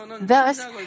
Thus